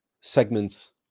segments